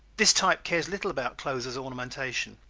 this type cares little about clothes as ornamentation.